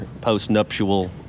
post-nuptial